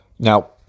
Now